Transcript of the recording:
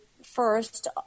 first